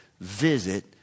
visit